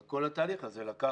רק כל התהליך הזה לקח